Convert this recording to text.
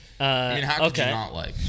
Okay